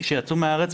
ההסתייגות?